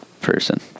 person